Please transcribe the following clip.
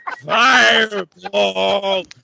Fireball